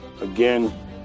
again